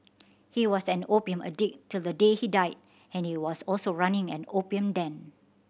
he was an opium addict till the day he died and he was also running an opium den